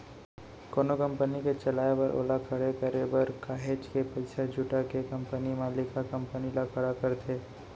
कोनो कंपनी के चलाए बर ओला खड़े करे बर काहेच के पइसा जुटा के कंपनी मालिक ह कंपनी ल खड़ा करथे